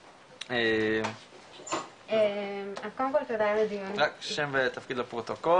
אז קודם כל תודה על הדיון הזה --- רק שם ותפקיד לפרוטוקול.